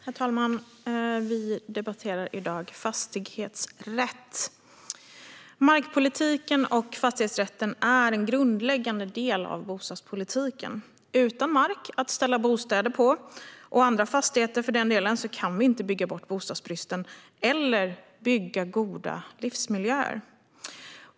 Herr talman! Vi debatterar i dag fastighetsrätt. Markpolitiken och fastighetsrätten är en grundläggande del av bostadspolitiken. Utan mark för bostäder och för den delen andra typer av fastigheter kan vi inte bygga bort bostadsbristen eller bygga goda livsmiljöer.